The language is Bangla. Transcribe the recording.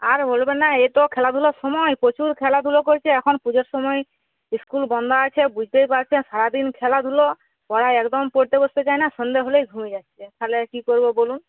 আর বলবেন না এ তো খেলাধুলোর সময় প্রচুর খেলাধুলো করছে এখন পুজোর সময় স্কুল বন্ধ আছে বুঝতেই পারছেন সারাদিন খেলাধুলো পড়ায় একদম পড়তে বসতে চায় না সন্ধে হলেই ঘুমিয়ে যাচ্ছে তাহলে আর কি করবো বলুন